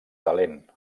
talent